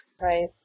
Right